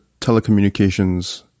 telecommunications